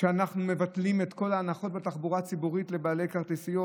שאנחנו מבטלים את כל ההנחות בתחבורה הציבורית לבעלי כרטיסיות.